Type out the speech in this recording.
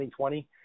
2020